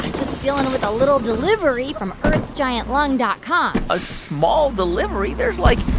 just dealing with a little delivery from earthsgiantlung dot com a small delivery? there's, like,